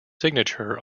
signature